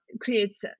creates